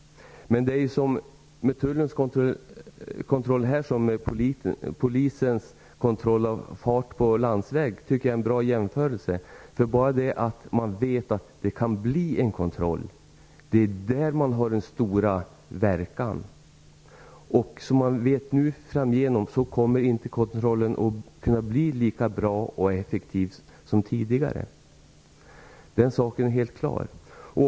Men det är med Tullens kontroll här som med Polisens kontroll av fart på landsväg. Det tycker jag är en bra jämförelse. Bara det att man vet att det kan bli en kontroll ger stor verkan. Såvitt vi vet nu kommer inte kontrollen fram igenom att bli lika bra och effektiv som tidigare. Den saken är helt klar.